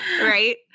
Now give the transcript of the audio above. Right